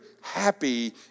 happy